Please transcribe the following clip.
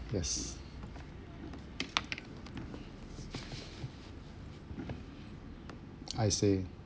yes I see